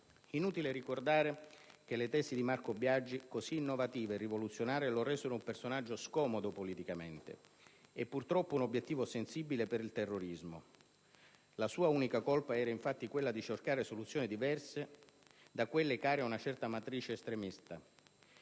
Inutile ricordare che le tesi di Marco Biagi, così innovative e rivoluzionarie, lo resero un personaggio scomodo politicamente e, purtroppo, un obiettivo sensibile per il terrorismo. La sua unica colpa, infatti, era quella di cercare soluzioni diverse da quelle care a una certa matrice estremista.